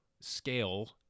scale